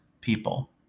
people